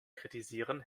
kritisieren